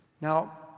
now